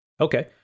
Okay